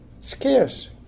scarce